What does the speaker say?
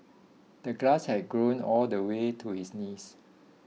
the glass had grown all the way to his knees